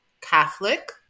Catholic